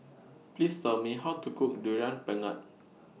Please Tell Me How to Cook Durian Pengat